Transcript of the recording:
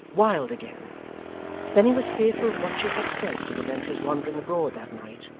wild again then he was fearful of what she had said to prevent his wandering abroad that night,